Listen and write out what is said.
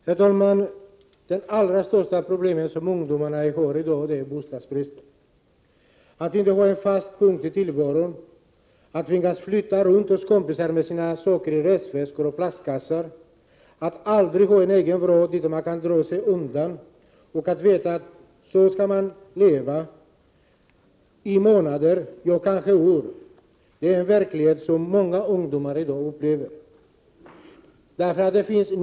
Herr talman! Det allra största problem som ungdomarna har i dag gäller bostadsbristen. Att inte ha en fast punkt i tillvaron, att tvingas flytta runt hos kompisar med sina saker i resväskor och plastkassar, att aldrig ha en egen vrå dit man kan dra sig undan och veta att man får leva så i månader eller kanske år, det är en verklighet som många ungdomar upplever i dag.